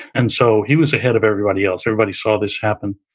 and so he was ahead of everybody else, everybody saw this happen.